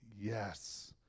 yes